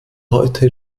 heute